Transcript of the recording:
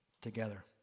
together